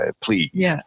Please